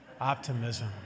optimism